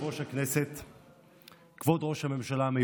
ברנרד